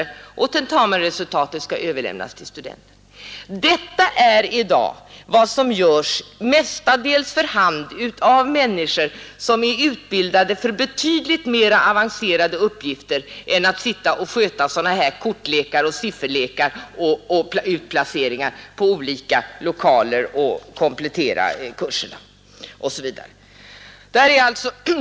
Slutligen skall tentamensresultatet överlämnas till studenten. Detta görs i dag mestadels för hand av människor som är utbildade för betydligt mera avancerade uppgifter än att sitta och sköta sådana här kortlekar och sifferlekar, utplaceringar på olika lokaler, göra kompletteringar om kurserna osv.